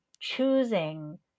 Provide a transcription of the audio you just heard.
choosing